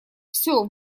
все